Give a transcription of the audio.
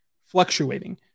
fluctuating